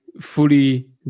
fully